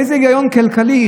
איזה היגיון כלכלי,